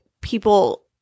people